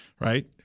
right